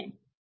तो हमारे पास